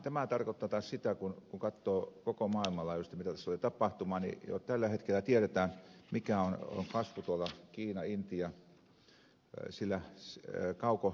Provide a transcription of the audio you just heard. tämä tarkoittaa taas sitä kun katsoo koko maailman laajuisesti mitä tässä tulee tapahtumaan että jo tällä hetkellä tiedetään mikä on kasvu kiinassa ja intiassa sieltä kaukoidän näkövinkkelistä